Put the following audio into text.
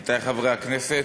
עמיתי חברי הכנסת,